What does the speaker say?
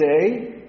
today